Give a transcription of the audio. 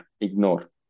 ignore